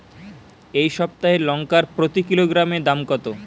এই সপ্তাহের লঙ্কার প্রতি কিলোগ্রামে দাম কত?